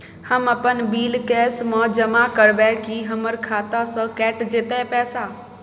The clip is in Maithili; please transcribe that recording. हम अपन बिल कैश म जमा करबै की हमर खाता स कैट जेतै पैसा?